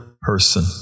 person